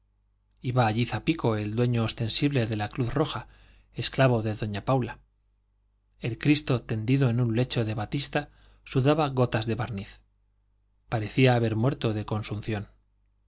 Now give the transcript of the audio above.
iba allí zapico el dueño ostensible de la cruz roja esclavo de doña paula el cristo tendido en un lecho de batista sudaba gotas de barniz parecía haber muerto de consunción